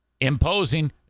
imposing